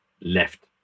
left